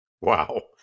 Wow